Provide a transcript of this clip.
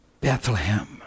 Bethlehem